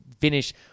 finish